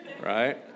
right